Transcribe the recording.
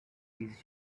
these